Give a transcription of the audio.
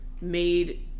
made